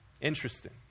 Interesting